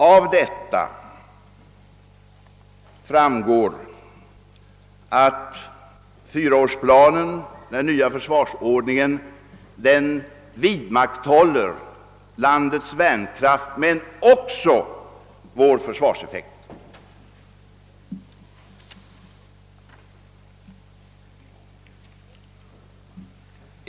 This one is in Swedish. Av detta framgår att fyraårsplanen, den nya försvarsordningen, vidmakthåller landets värnkraft men också vår försvarseffekt.